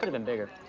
and been bigger.